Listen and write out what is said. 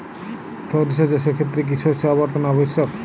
সরিষা চাষের ক্ষেত্রে কি শস্য আবর্তন আবশ্যক?